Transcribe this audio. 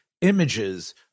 images